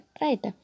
right